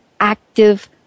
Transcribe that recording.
active